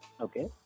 okay